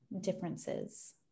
differences